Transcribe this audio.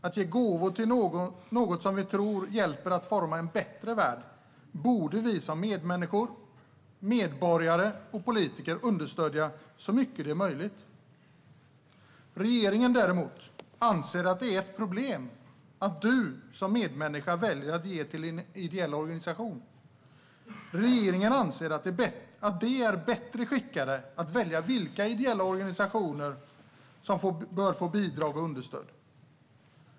Att ge gåvor till något som vi tror hjälper till att forma en bättre värld borde vi som medmänniskor, medborgare och politiker understödja så mycket som möjligt. Regeringen däremot anser att det är ett problem att du som medmänniska väljer att ge till en ideell organisation. Regeringen anser att de är bättre skickade att välja vilka ideella organisationer som bör få bidrag och understöd.